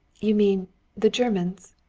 you mean the germans?